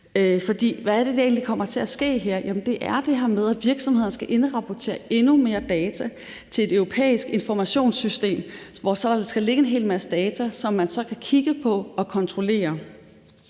Hvad er det egentlig, der kommer til at ske her? Det er det her med, at virksomhederne skal indrapportere endnu mere data til et europæisk informationssystem, hvor der så skal ligge en hel masse data, som man så kan kigge på og kontrollere.